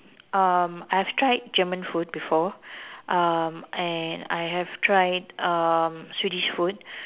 um I have tried german food before um and I have tried um swedish food